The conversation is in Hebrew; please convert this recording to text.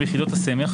ויחידות הסמך,